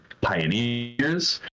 pioneers